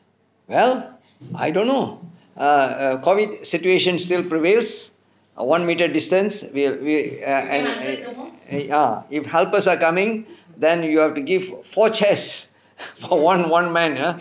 well I don't know err err COVID situation still prevails a one metre distance we we err err err ah if helpers are coming then you have to give four chairs for one one man ah